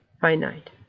finite